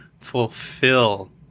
fulfill